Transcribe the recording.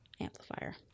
amplifier